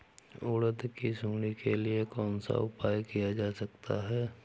उड़द की सुंडी के लिए कौन सा उपाय किया जा सकता है?